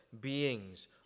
beings